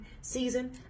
season